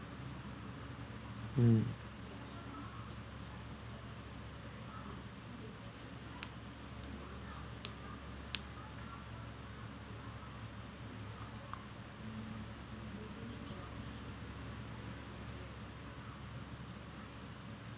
um